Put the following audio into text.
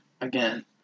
Again